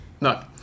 No